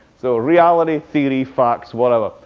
so reality, theory, facts, whatever.